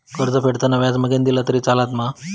कर्ज फेडताना व्याज मगेन दिला तरी चलात मा?